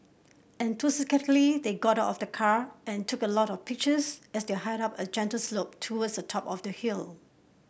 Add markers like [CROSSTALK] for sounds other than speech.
[UNINTELLIGIBLE] they got out of the car and took a lot of pictures as they hiked up a gentle slope towards the top of the hill